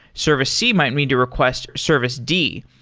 service c might need to request service d.